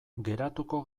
geratuko